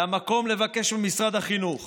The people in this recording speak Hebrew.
זה המקום לבקש ממשרד החינוך